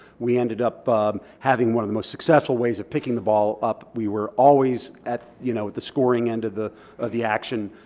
we ended up having one of the most successful ways of picking the ball up. we were always at you know the scoring end of the the action.